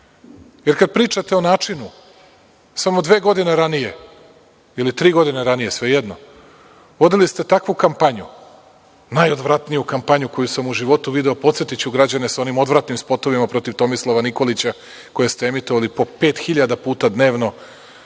jer kada pričate o načinu samo dve godine ranije ili tri godine ranije, svejedno, vodili ste takvu kampanju, najodvratniju kampanju koju sam u životu video. Podsetiću građane sa onim odvratnim spotovima protiv Tomislava Nikolića koje ste emitovali po 5.000 puta dnevno